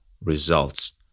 results